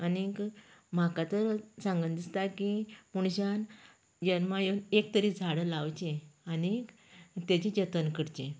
आनीक म्हाका तर सांगन दिसता की मनशान जल्मांक येवन एक तरी झाड लावचें आनीक तेची जतन करचें